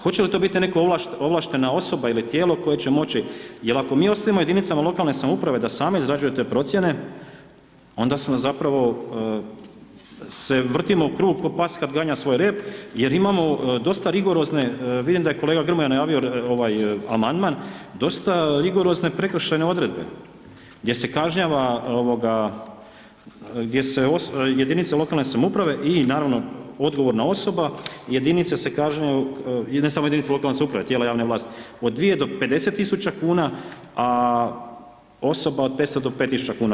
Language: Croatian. Hoće li to biti neko ovlaštena osoba ili tijelo koje će moći jer ako mi ostavimo jedinicama lokalne samouprave da same izrađuju te procjene, onda su nas zapravo se vrtimo u kruh kao pas kad ganja svoj rep jer imamo dosta rigorozne, vidim da je kolega Grmoja najavio amandman, dosta rigorozne prekršajne odredbe gdje se kažnjava, gdje se jedinice lokalne samouprave i naravno, odgovorna osoba jedinice i ne samo jedinice lokalne samouprave, tijela javne vlasti, od 2-50 tisuća kuna, a osoba od 500-5 tisuća kuna.